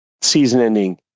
season-ending